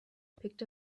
picked